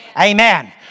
Amen